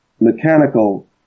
Mechanical